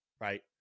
right